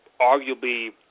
arguably –